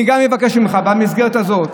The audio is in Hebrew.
אני גם אבקש ממך במסגרת הזאת